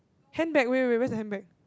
handbag wait wait wait where's the handbag